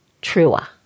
truer